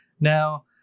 Now